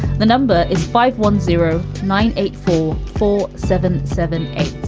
the number is five one zero nine eight four four seven seven eight.